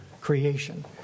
creation